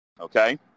okay